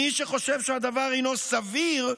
מי שחושב שהדבר אינו סביר,